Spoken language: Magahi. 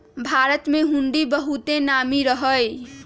भारत में हुंडी बहुते नामी रहै